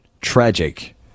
Tragic